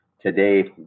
today